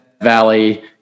Valley